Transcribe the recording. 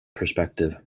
perspective